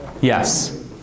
Yes